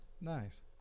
Nice